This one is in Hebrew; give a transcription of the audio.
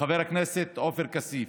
לחבר הכנסת עופר כסיף,